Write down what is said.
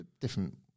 different